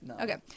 Okay